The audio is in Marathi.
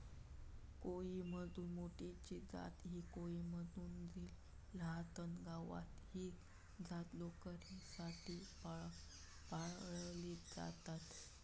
कोईमतूर मेंढी ची जात ही कोईमतूर जिल्ह्यातच गावता, ही जात लोकरीसाठी पाळली जाता